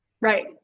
Right